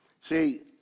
See